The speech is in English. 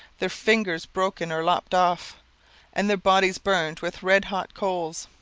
their fingers broken or lopped off and their bodies burned with red-hot coals.